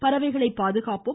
பறவைகளை பாதுகாப்போம்